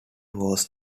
was